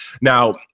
Now